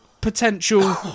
potential